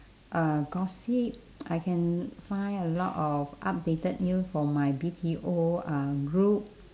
uh gossip I can find a lot of updated news from my B_T_O uh group